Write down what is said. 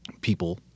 people